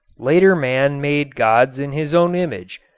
later man made gods in his own image,